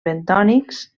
bentònics